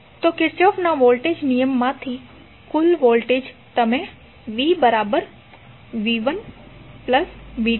તો કિર્ચોફના વોલ્ટેજ નિયમમાંથી કુલ વોલ્ટેજ તમે vv1v2 લખી શકો છો